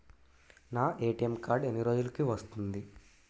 నా ATM card ఎన్ని రోజులకు వస్తుంది?